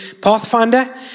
Pathfinder